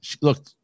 look